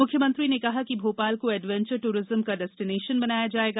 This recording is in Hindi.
मुख्यमंत्री ने कहा कि भोपाल को एडवेंचर दूरिज्म का डेस्टिनेशन बनाया जाएगा